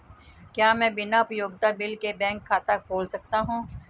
क्या मैं बिना उपयोगिता बिल के बैंक खाता खोल सकता हूँ?